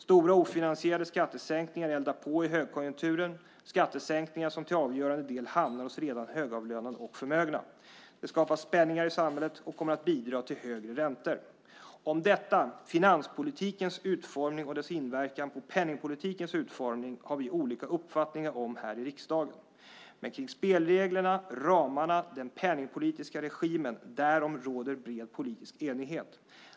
Stora ofinansierade skattesänkningar eldar på i högkonjunkturen, skattesänkningar som till avgörande del hamnar hos redan högavlönade och förmögna. Det skapar spänningar i samhället och kommer att bidra till högre räntor. Finanspolitikens utformning och dess inverkan på penningpolitikens utformning har vi olika uppfattningar om här i riksdagen. Men om spelreglerna, ramarna och den penningpolitiska regimen råder bred politisk enighet.